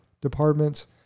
departments